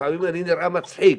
לפעמים אני נראה מצחיק,